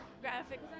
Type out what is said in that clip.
graphic